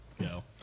go